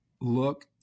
look